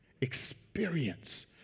experience